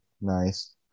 Nice